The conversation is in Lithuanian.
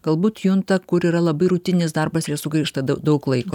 galbūt junta kur yra labai rutininis darbas ir jie sugaišta da daug laiko